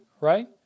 right